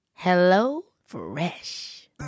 HelloFresh